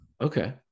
okay